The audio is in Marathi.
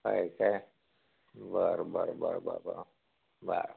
होय काय बर बर बर बर